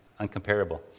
uncomparable